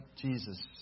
Jesus